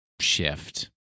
shift